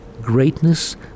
greatness